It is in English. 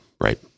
Right